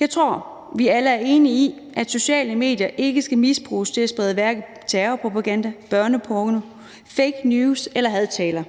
Jeg tror, vi alle er enige om, at sociale medier hverken skal misbruges til at sprede terrorpropaganda, børneporno, fake news eller hadtaler.